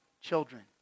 children